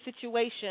situation